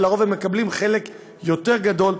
ולרוב הם מקבלים חלק יותר גדול,